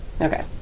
Okay